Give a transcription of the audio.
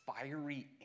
fiery